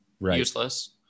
useless